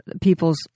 people's